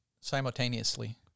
Simultaneously